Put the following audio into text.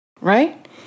right